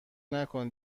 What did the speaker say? نکن